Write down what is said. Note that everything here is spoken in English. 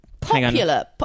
Popular